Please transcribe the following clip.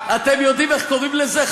אתם יודעים איך קוראים לזה,